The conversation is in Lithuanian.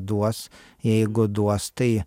duos jeigu duos tai